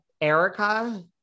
Erica